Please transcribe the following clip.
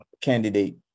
candidate